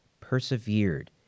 persevered